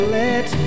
let